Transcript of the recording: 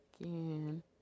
again